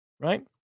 right